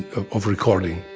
ah of recording